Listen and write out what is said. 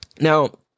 now